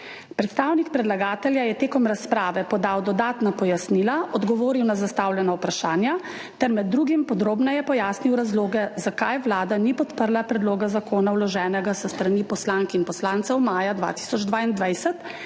Predstavnik predlagatelja je med razpravo podal dodatna pojasnila, odgovoril na zastavljena vprašanja ter med drugim podrobneje pojasnil razloge, zakaj Vlada ni podprla predloga zakona, vloženega s strani poslank in poslancev maja 2022,